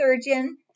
surgeon